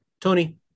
Tony